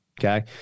Okay